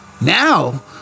now